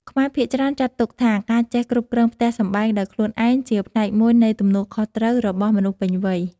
ខ្មែរភាគច្រើនចាត់ទុកថា ការចេះគ្រប់គ្រងផ្ទះសម្បែងដោយខ្លួនឯង ជាផ្នែកមួយនៃទំនួលខុសត្រូវរបស់មនុស្សពេញវ័យ។